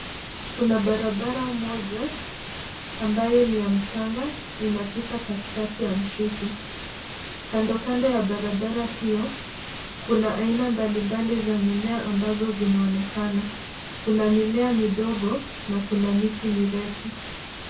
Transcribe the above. Kuna barabara moja ya mchanga inayopita katikati ya msitu. Kando kando ya barabara hiyo, kuna aina mbalimbali za mimea zinazoonekana. Kuna mimea midogo na pia miti mirefu.